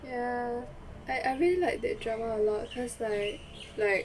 ya I I really like that drama a lot cause like like